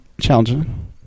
challenging